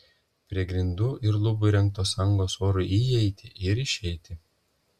prie grindų ir lubų įrengtos angos orui įeiti ir išeiti